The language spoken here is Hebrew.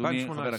אדוני חבר הכנסת.